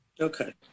okay